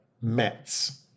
METs